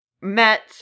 met